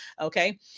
okay